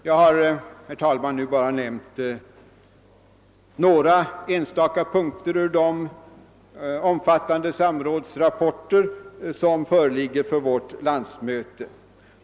Jag har, herr talman, nu bara nämnt några enstaka punkter ur de samrådsrapporter som föreligger inför vårt landsmöte.